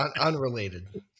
Unrelated